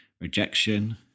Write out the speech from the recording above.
rejection